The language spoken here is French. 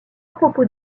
propos